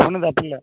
ஒன்றும் தப்பில்லை